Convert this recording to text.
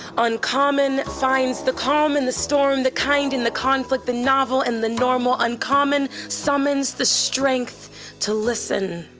uncommon finds the calm in the storm, the kind in the conflict, the novel in the normal. uncommon summons the strength to listen.